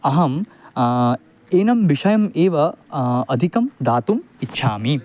अहम् एनं विषयम् एव अधिकं दातुम् इच्छामि